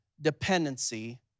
dependency